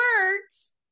words